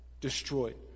destroyed